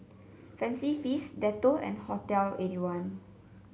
Fancy Feast Dettol and Hotel Eighty one